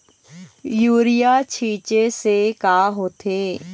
Urea के छींचे से का होथे?